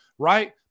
right